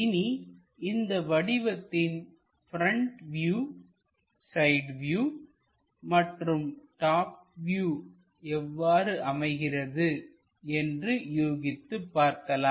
இனி இந்த வடிவத்தின் ப்ரெண்ட் வியூசைடு வியூ மற்றும் டாப் வியூ எவ்வாறு அமைகிறது என்று யூகித்து பார்க்கலாம்